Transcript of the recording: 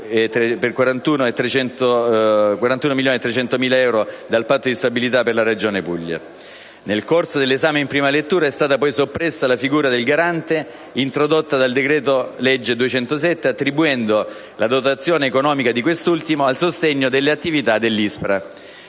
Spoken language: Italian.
Nel corso dell'esame in prima lettura è stata, poi, soppressa la figura del Garante introdotta dal decreto-legge n. 207 del 2012, attribuendo la dotazione economica di quest'ultimo al sostegno dell'attività dell'ISPRA.